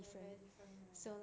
very very different right